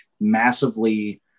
massively